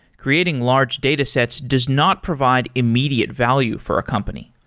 creating large data sets does not provide immediate value for a company.